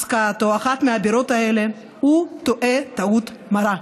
מסקט או אחת מהבירות האלה, הוא טועה טעות מרה.